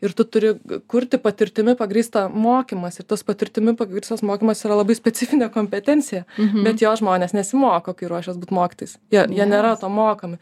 ir tu turi kurti patirtimi pagrįstą mokymąsi ir tas patirtimi pagrįstas mokymas yra labai specifinė kompetencija bet jo žmonės nesimoko kai ruošias būti mokytojais jie jie nėra to mokami